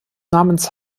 namens